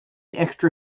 extra